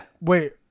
wait